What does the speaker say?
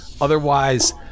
otherwise